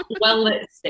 Well-lit